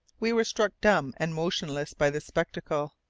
we were struck dumb and motionless by this spectacle.